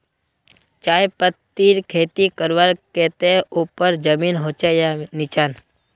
चाय पत्तीर खेती करवार केते ऊपर जमीन होचे या निचान?